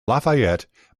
lafayette